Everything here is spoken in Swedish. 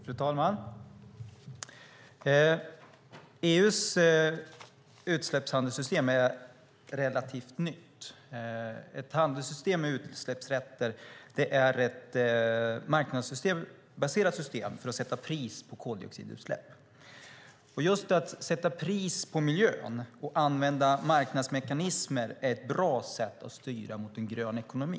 Fru talman! EU:s utsläppshandelssystem är relativt nytt. Ett handelssystem med utsläppsrätter är ett marknadsbaserat system för att sätta pris på koldioxidutsläpp. Just att sätta pris på miljön och använda marknadsmekanismer är ett bra sätt att styra mot en grön ekonomi.